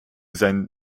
sein